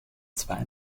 zwei